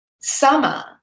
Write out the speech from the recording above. summer